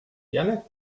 janek